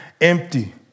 empty